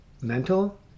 mental